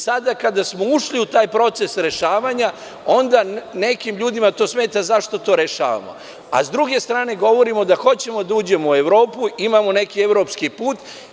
Sada kada smo ušli u taj proces rešavanja, onda nekim ljudima to smeta zašto to rešavamo, a s druge strane, govorimo da hoćemo da uđemo u Evropu, imamo neki evropski put.